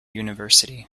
university